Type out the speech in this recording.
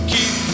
Keep